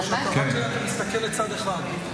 או שאתה מסתכל רק לצד אחד?